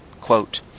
Quote